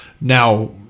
now